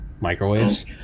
microwaves